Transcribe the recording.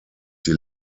die